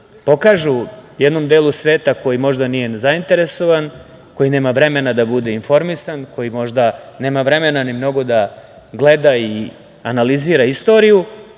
pokažu jednom delu sveta koji možda nije zainteresovan, koji nema vremena da bude informisan, koji možda nema vremena ni mnogo da gleda i analizira istoriju,